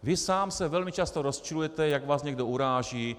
Vy sám se velmi často rozčilujete, jak vás někdo uráží.